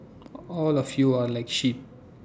all of you are like sheep